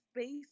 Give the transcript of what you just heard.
space